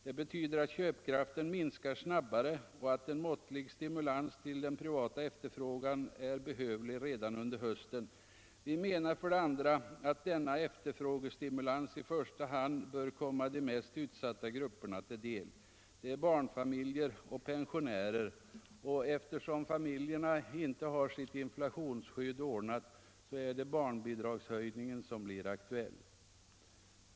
Det betyder att köpkraften minskar snabbare och att en måttlig stimulans av den privata efterfrågan är behövlig redan under hösten. För det andra menar vi att denna efterfrågestimulans i första hand bör komma de mest utsatta grupperna till del. Det är barnfamiljer och pensionärer. Och eftersom barnfamiljerna inte har sitt inflationsskydd ordnat, är det barnbidragshöjning som blir aktuell.